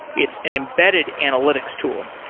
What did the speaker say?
it's an embedded analytics tool.